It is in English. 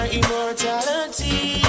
immortality